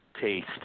taste